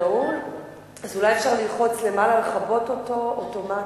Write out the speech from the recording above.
אולי אפשר ללחוץ למעלה, לכבות אותו אוטומטית,